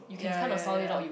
ya ya ya